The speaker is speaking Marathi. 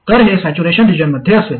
तर हे सॅच्युरेशन रिजनमध्ये असेल